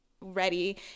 ready